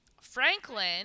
Franklin